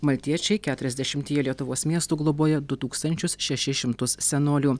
maltiečiai keturiasdešimtyje lietuvos miestų globoja du tūkstančius šešis šimtus senolių